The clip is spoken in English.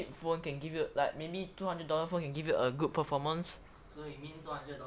a cheap phone can give you like maybe two hundred dollars phone can give a good performance